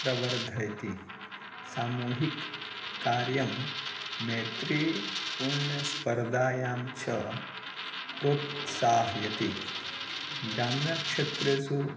प्रवर्धयति सामूहिककार्यं मेत्रीपूर्णस्पर्धायां च प्रोत्साहयति ग्राम्यक्षेत्रेषु